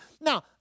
Now